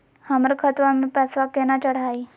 हमर खतवा मे पैसवा केना चढाई?